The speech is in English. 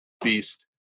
beast